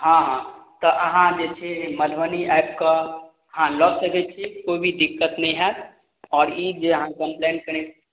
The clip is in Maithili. हँ हँ तऽअहाँ जे छै मधुबनी आबि कऽ अहाँ लअ सकय छी कोइ भी दिक्कत नहि होयत आओर ई जे अहाँ कम्प्लेन केने